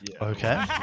Okay